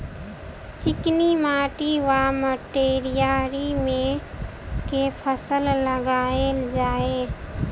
चिकनी माटि वा मटीयारी मे केँ फसल लगाएल जाए?